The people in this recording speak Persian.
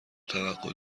توقع